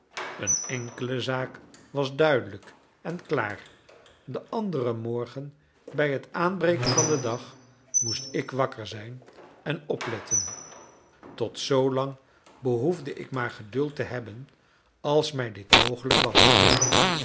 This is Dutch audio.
een enkele zaak was duidelijk en klaar den anderen morgen bij het aanbreken van den dag moest ik wakker zijn en opletten tot zoolang behoefde ik maar geduld te hebben als mij dit mogelijk was